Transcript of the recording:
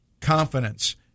confidence